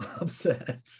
upset